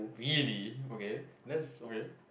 really okay let's okay